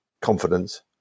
confidence